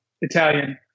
Italian